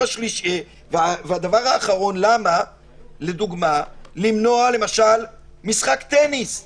הדבר האחרון, למה למנוע משחק טניס, למשל?